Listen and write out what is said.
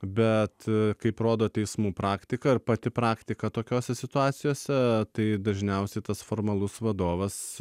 bet kaip rodo teismų praktika ir pati praktika tokiose situacijose tai dažniausiai tas formalus vadovas